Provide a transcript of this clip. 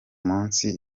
munsi